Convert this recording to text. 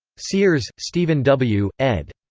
sears, stephen w, ed.